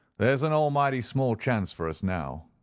there's an almighty small chance for us now!